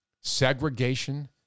Segregation